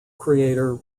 creator